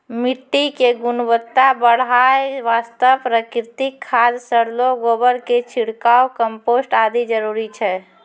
मिट्टी के गुणवत्ता बढ़ाय वास्तॅ प्राकृतिक खाद, सड़लो गोबर के छिड़काव, कंपोस्ट आदि जरूरी छै